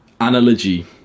analogy